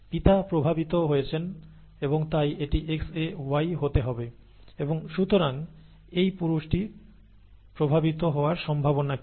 পিতা প্রভাবিত হয়েছেন এবং তাই এটি XaY হতে হবে এবং সুতরাং এই পুরুষটি প্রভাবিত হওয়ার সম্ভাবনা কি